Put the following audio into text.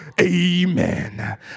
amen